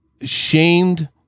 shamed